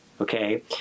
okay